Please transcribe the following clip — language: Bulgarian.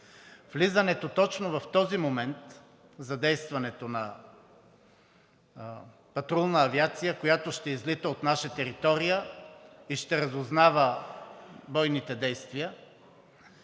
Влизането точно в този момент – задействането на патрулна авиация, която ще излита от наша територия и ще разузнава бойните действия,